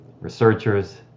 researchers